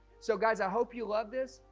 so guys. i hope you love this.